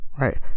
Right